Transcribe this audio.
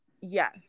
Yes